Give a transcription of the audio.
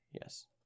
Yes